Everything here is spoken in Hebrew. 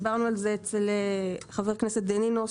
דיברנו על זה עם חבר הכנסת דנינו,